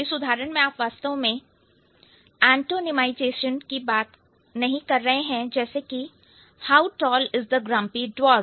इस उदाहरण में आप वास्तव में एंटोनिमायज़ेशन की बात नहीं कर रहे हैं जैसे कि how tall is the grumpy dwarf